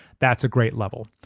that's a great level.